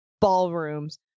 ballrooms